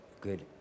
good